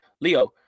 Leo